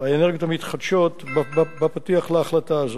המתחדשות בפתיח להחלטה הזאת.